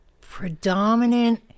predominant